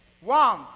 one